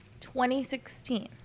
2016